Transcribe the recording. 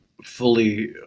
fully